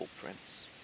prince